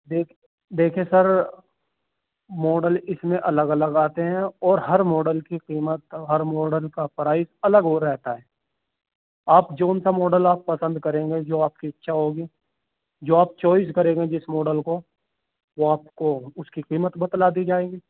دیکھ دیکھیں sir model اس میں الگ الگ آتے ہیں اور ہر ماڈل کی قیمت ہر ماڈل کا پرائز الگ ہو رہتا ہے آپ جو سا ماڈل آپ پسند کریں گے جو آپ کی اچھا ہوگی جو آپ چوائز کریں گے جس ماڈل کو وہ آپ کو اس کی قیمت بتلا دی جائے گی